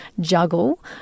juggle